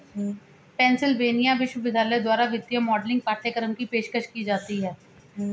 Pennsylvania विश्वविद्यालय द्वारा वित्तीय मॉडलिंग पाठ्यक्रम की पेशकश की जाती हैं